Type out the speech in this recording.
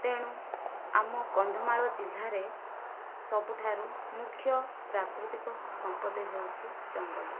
ତେଣୁ ଆମ କନ୍ଧମାଳ ଜିଲ୍ଲାରେ ସବୁଠାରୁ ମୁଖ୍ୟ ପ୍ରାକୃତିକ ସମ୍ପଦ ହେଉଛି ଜଙ୍ଗଲ